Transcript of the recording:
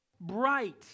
bright